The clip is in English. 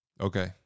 Okay